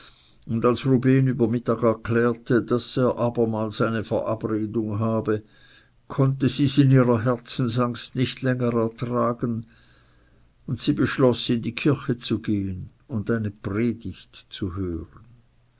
und als rubehn über mittag erklärte daß er abermals eine verabredung habe konnte sie's in ihrer herzensangst nicht länger ertragen und sie beschloß in die kirche zu gehen und eine predigt zu hören